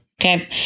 okay